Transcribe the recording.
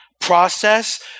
process